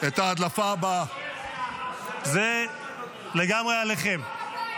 את ההדלפה הבאה: הרמטכ"ל ------ זה לגמרי עליכם.